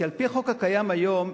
כי על-פי החוק הקיים היום,